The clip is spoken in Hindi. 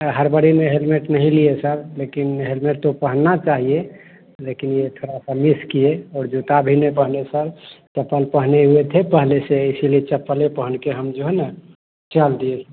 हड़बड़ी में हेलमेट नहीं लिए सर लेकिन हेलमेट तो पहनना चाहिए लेकिन ये थोड़ा स मिस किये जूता भी नहीं पहने सर चप्पल पहने हुए थे पहले से इसीलिए चप्पले पहन के हम जो है न चल दिए